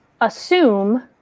assume